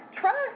trust